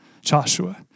Joshua